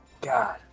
God